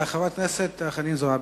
חברת הכנסת חנין זועבי.